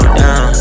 down